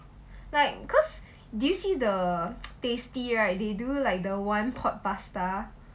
like cause do you see the tasty right they do like the one pot pasta